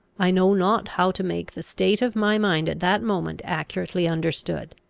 i know not how to make the state of my mind at that moment accurately understood.